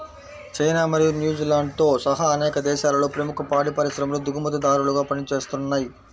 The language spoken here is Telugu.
చైనా మరియు న్యూజిలాండ్తో సహా అనేక దేశాలలో ప్రముఖ పాడి పరిశ్రమలు దిగుమతిదారులుగా పనిచేస్తున్నయ్